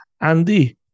andy